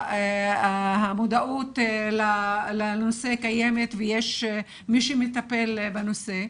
שהמודעות לנושא קיימת ויש מי שמטפל בנושא.